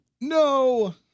No